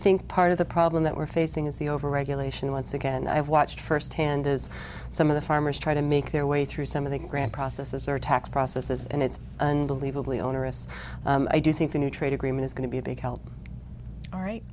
think part of the problem that we're facing is the over regulation once again i've watched firsthand as some of the farmers try to make their way through some of the grand processes or tax processes and it's unbelievably onerous and i do think the new trade agreement is going to be a big help all right